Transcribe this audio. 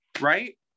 right